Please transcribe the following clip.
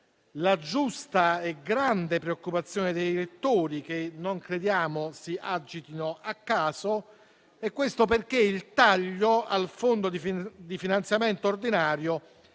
la giusta e grande preoccupazione dei rettori, che non crediamo si agitino a caso, perché il taglio al fondo di finanziamento ordinario